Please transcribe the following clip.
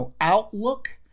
outlook